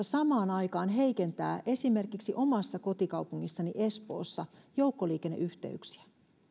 samaan aikaa se heikentää esimerkiksi omassa kotikaupungissani espoossa joukkoliikenneyhteyksiä